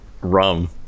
Rum